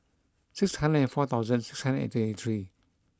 six hundred and four thousand six hundred and twenty three